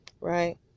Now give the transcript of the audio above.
Right